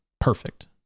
perfect